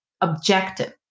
objective